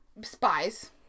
Spies